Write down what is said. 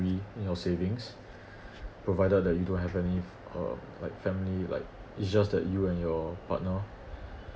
your savings provided that you don't have any uh like family like it's just that you and your partner